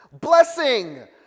blessing